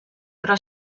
però